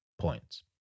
points